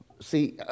see